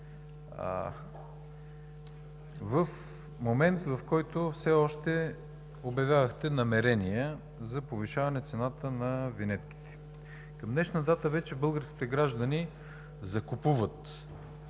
в момент, в който все още обявявахте намерения за повишаване цената на винетките. Към днешна дата вече българските граждани закупуват